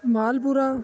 Malpura